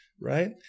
Right